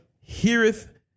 heareth